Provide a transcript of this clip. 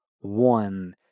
one